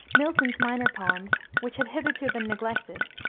milton's minor poems, which had hitherto been neglected,